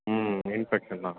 ம் இன்ஃபெக்சன் தான்